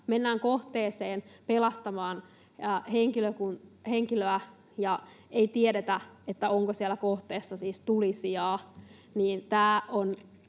mennään kohteeseen pelastamaan henkilöä ja ei tiedetä, onko siellä kohteessa siis tulisijaa.